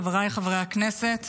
חבריי חברי הכנסת,